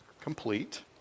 complete